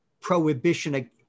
prohibition